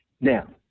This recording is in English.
Now